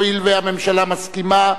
הואיל והממשלה מסכימה,